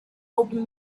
open